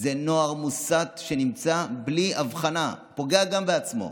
זה נוער מוסת שבלי הבחנה פוגע גם בעצמו.